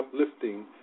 uplifting